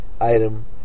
item